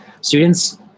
students